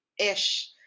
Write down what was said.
ish